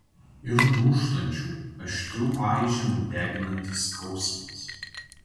ir dūžtančių aštrių aiženų deginantis skausmas